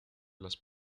las